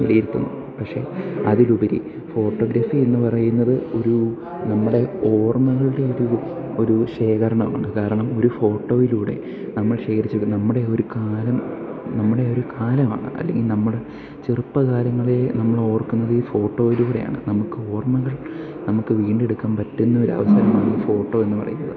വിലയിരുത്തുന്നു പക്ഷെ അതിലുപരി ഫോട്ടോഗ്രഫി എന്നു പറയുന്നത് ഒരു നമ്മുടെ ഓർമ്മകളുടെ ഒരു ഒരു ശേഖരണമാണ് കാരണം ഒരു ഫോട്ടോയിലൂടെ നമ്മൾ ശേഖരിച്ചുവെക്കും നമ്മുടെ ഒരു കാലം നമ്മുടെ ഒരു കാലമാണ് അല്ലെങ്കിൽ നമ്മുടെ ചെറുപ്പകാലങ്ങളെ നമ്മൾ ഓർക്കുന്നത് ഈ ഫോട്ടോയിലൂടെയാണ് നമുക്ക് ഓർമ്മകൾ നമുക്ക് വീണ്ടെടുക്കാൻ പറ്റുന്ന ഒരവസരമാണ് ഫോട്ടോ എന്നു പറയുന്നത്